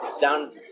down